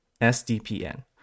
sdpn